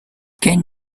can